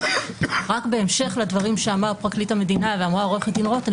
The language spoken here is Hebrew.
-- או במקרה המפורסם --- אבל, עמית, זה לא עסק.